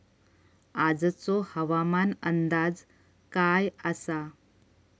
आजचो हवामान अंदाज काय आसा?